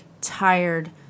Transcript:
tired